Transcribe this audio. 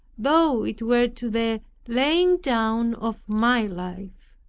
though it were to the laying down of my life.